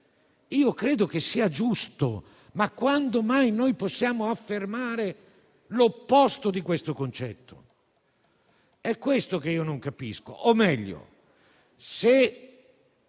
Credo che sia giusto. Quando mai possiamo affermare l'opposto di questo concetto? È questo che non capisco. O meglio, se